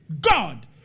God